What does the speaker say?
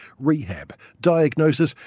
rehab, diagnosis,